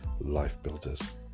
LifeBuilders